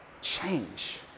change